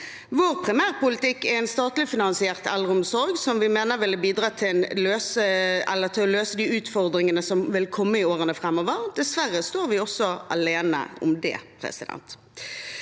Vår primærpolitikk er en statlig finansiert eldreomsorg, som vi mener ville bidratt til å løse de utfordringene som vil komme i årene framover. Dessverre står vi også alene om det.